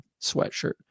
sweatshirt